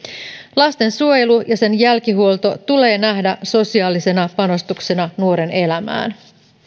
lastensuojelu ja sen jälkihuolto tulee nähdä sosiaalisena panostuksena nuoren elämään